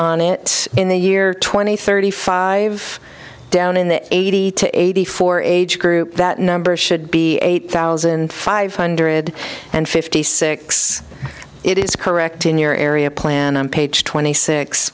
on it in the year twenty thirty five down in the eighty to eighty four age group that number should be eight thousand five hundred and fifty six it is correct in your area plan on page twenty six